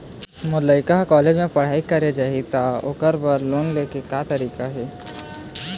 मोर लइका हर कॉलेज म पढ़ई करे जाही, त ओकर बर लोन ले के का तरीका हे?